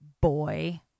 boy